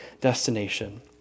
destination